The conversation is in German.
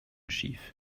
schief